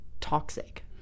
toxic